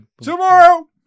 tomorrow